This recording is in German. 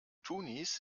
tunis